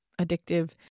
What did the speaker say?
addictive